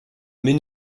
mais